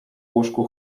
łóżku